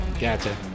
Gotcha